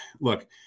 look